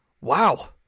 wow